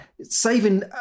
saving